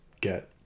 get